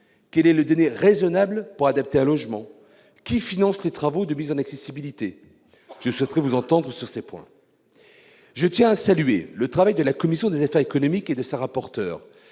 Quel est le délai raisonnable pour adapter un logement ? Qui finance les travaux de mise en accessibilité ? Je souhaiterais vous entendre sur ces points. Je tiens à saluer le travail de la commission des affaires économiques et de Mme le rapporteur,